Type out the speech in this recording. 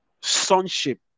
sonship